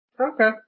Okay